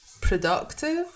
productive